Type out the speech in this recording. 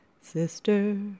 sister